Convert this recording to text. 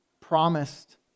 promised